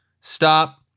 stop